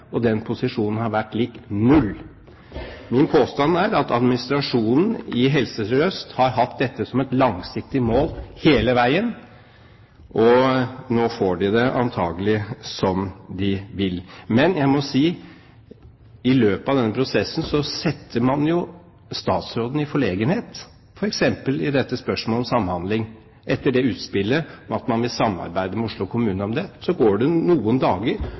den posisjonen har vært lik null. Min påstand er at administrasjonen i Helse SørØst har hatt dette som et langsiktig mål hele veien, og nå får de det antakelig som de vil. Men jeg må si at i løpet av denne prosessen, setter man jo statsråden i forlegenhet, f.eks. i spørsmålet om samhandling. Etter utspillet om at man vil samhandle med Oslo kommune om det, går det noen dager,